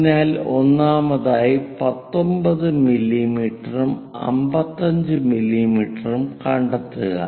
അതിനാൽ ഒന്നാമതായി 19 മില്ലീമീറ്ററും 55 മില്ലീമീറ്ററും കണ്ടെത്തുക